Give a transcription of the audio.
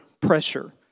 pressure